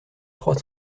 trois